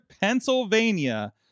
Pennsylvania